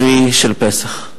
שביעי של פסח.